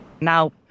Now